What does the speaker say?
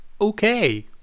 okay